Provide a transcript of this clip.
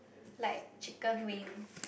like chicken wing